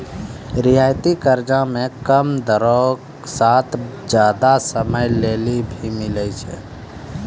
रियायती कर्जा मे कम दरो साथ जादा समय लेली भी मिलै छै